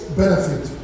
benefit